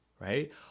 Right